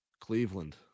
Cleveland